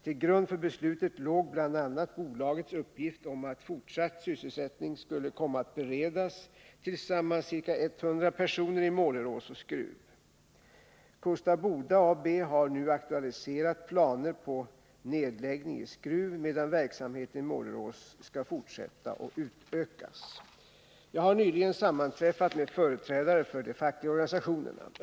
Till grund för beslutet låg bl.a. bolagets uppgift om att fortsatt sysselsättning skulle komma att beredas totalt ca 100 personer i Målerås och Skruv. Kosta Boda AB har nu aktualiserat planer på nedläggning i Skruv, medan verksamheten i Målerås skall fortsätta och utökas. Jag har nyligen sammanträffat med företrädare för de fackliga organisa 43 tionerna.